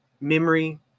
memory